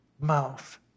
mouth